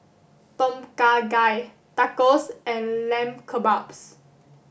Tom Kha Gai Tacos and Lamb Kebabs